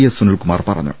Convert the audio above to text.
S Sunilkumar പറ ഞ്ഞു